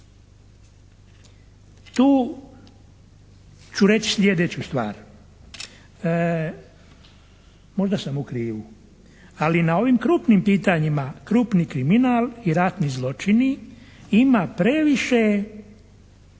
Tu ću reći sljedeću stvar, možda sam u krivu, ali na ovim krupnim pitanjima, krupni kriminal i ratni zločini ima previše